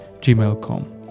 gmail.com